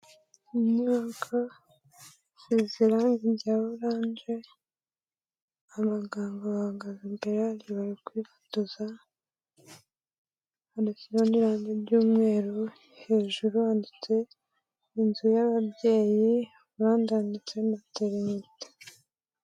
Inyubako isize irangi rya orange. Abaganga bahagaze imbere yayo bari kwifotoza. Hariho ibirango byumweru. Hejuru handitseho inzu y'ababyeyi, ahandi handitse materinete.